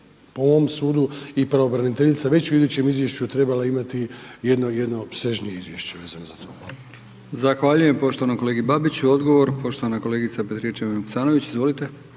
po mom sudu i pravobraniteljica već u idućem izvješću trebala imati jedno, jedno opsežnije izvješće